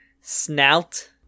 snout